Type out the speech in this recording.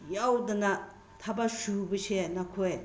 ꯌꯥꯎꯗꯅ ꯊꯕꯛ ꯁꯨꯕꯁꯦ ꯅꯈꯣꯏ